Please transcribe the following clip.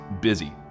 busy